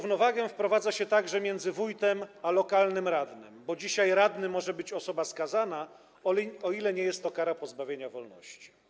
Wprowadza się także nierównowagę między wójtem a lokalnym radnym, bo dzisiaj radnym może być osoba skazana, o ile nie jest to kara pozbawienia wolności.